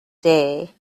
day